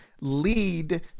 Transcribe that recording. lead